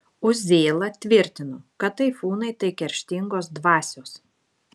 uzėla tvirtino kad taifūnai tai kerštingos dvasios